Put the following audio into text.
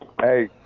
Hey